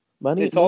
Money